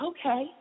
Okay